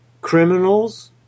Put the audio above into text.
Criminals